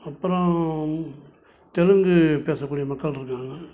அப்பறம் தெலுங்கு பேசக்கூடிய மக்கள் இருக்காங்க